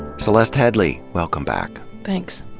celeste headlee, welcome back. thanks.